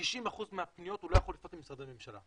90% מהפניות הוא לא יכול לעשות למשרדי הממשלה.